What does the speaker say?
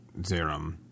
Zerum